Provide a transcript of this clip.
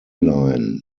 line